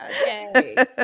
Okay